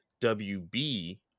WB